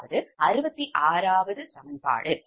அதாவது 66 சமன்பாடு